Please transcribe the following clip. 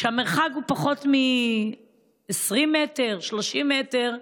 המרחק הוא פחות מ-20 30 מטר.